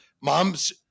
moms